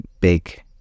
big